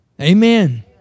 Amen